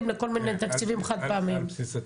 לכל מיני תקציבים חד פעמיים על בסיס התקציב.